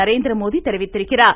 நரேந்திரமோடி தெரிவித்துள்ளார்